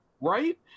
Right